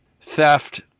theft